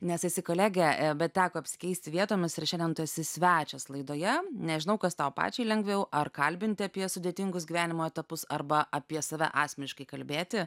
nes esi kolegė bet teko apsikeisti vietomis ir šiandien tu esi svečias laidoje nežinau kas tau pačiai lengviau ar kalbinti apie sudėtingus gyvenimo etapus arba apie save asmeniškai kalbėti